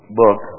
book